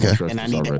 Okay